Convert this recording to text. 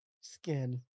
skin